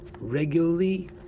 regularly